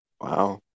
Wow